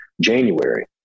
January